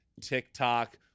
TikTok